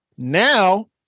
Now